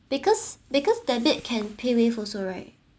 because because debit can paywave also right